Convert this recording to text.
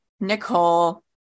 Nicole